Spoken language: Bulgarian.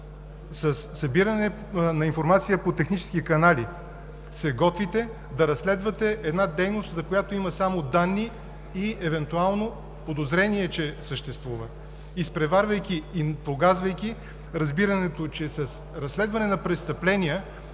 събиране на информация по технически канали се готвите да разследвате дейност, за която има само данни и евентуално подозрение, че съществува. Изпреварвайки и погазвайки разбирането, че с разследване на престъпления